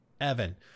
evan